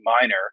minor